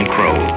Crow